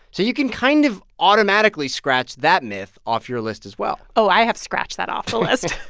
so you can kind of automatically scratch that myth off your list as well oh, i have scratched that off the list.